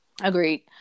Agreed